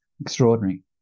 Extraordinary